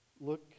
look